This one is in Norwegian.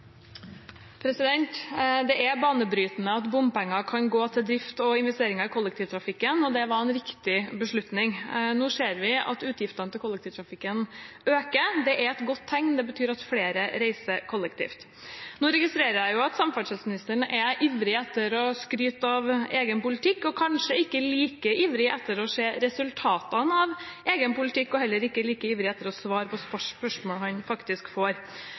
banebrytende at bompenger kan gå til drift og investeringer i kollektivtrafikken, det var en riktig beslutning. Nå ser vi at utgiftene til kollektivtrafikken øker, det er et godt tegn, det betyr at flere reiser kollektivt. Nå registrerer jeg at samferdselsministeren er ivrig etter å skryte av egen politikk, kanskje ikke like ivrig etter å se resultatene av egen politikk og heller ikke like ivrig etter å svare på spørsmål han faktisk får.